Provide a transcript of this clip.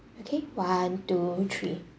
okay one two three